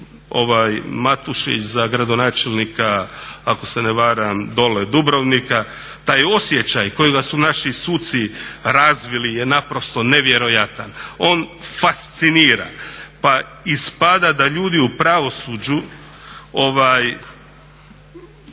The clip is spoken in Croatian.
Matušić za gradonačelnika ako se ne varam dolje Dubrovnika, taj osjećaj kojega su naši suci razvili je naprosto nevjerojatan. On fascinira pa ispada da ljudi u pravosuđu